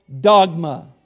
dogma